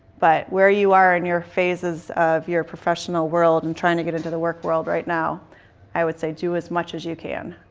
but where you are in your phases of your professional world and trying to get into the work world right now i would say do as much as you can.